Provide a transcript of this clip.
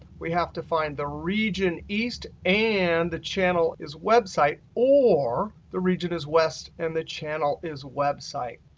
we have to find the region east and the channel is web site, or the region is west and the channel is web site.